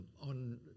on